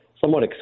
somewhat